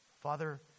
Father